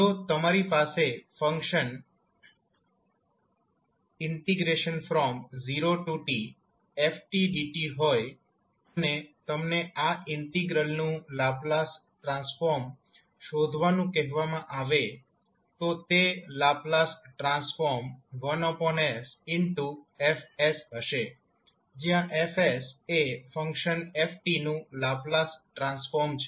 જો તમારી પાસે ફંકશન 0t𝑓𝑡𝑑𝑡 હોય અને તમને આ ઇન્ટીગ્રલ નું લાપ્લાસ ટ્રાન્સફોર્મ શોધવાનું કહેવામાં આવે તો તે લાપ્લાસ ટ્રાન્સફોર્મ 1s𝐹𝑠 હશે જ્યાં 𝐹𝑠 એ ફંક્શન 𝑓𝑡 નું લાપ્લાસ ટ્રાન્સફોર્મ છે